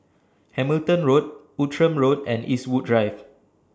Hamilton Road Outram Road and Eastwood Drive